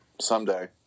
someday